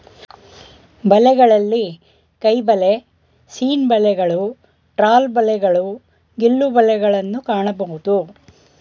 ಬಲೆಗಳಲ್ಲಿ ಕೈಬಲೆ, ಸೀನ್ ಬಲೆಗಳು, ಟ್ರಾಲ್ ಬಲೆಗಳು, ಗಿಲ್ಲು ಬಲೆಗಳನ್ನು ಕಾಣಬೋದು